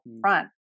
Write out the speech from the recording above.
front